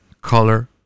color